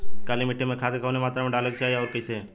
काली मिट्टी में खाद कवने मात्रा में डाले के चाही अउर कइसे?